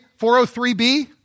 403b